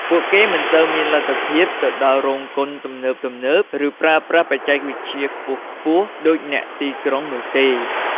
ពួកគេមិនសូវមានលទ្ធភាពទៅដល់រោងកុនទំនើបៗ ឬប្រើប្រាស់បច្ចេកវិទ្យាខ្ពស់ៗដូចអ្នកទីក្រុងនោះទេ។